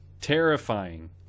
Terrifying